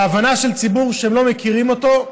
להבנה של ציבור שהם לא מכירים אותו,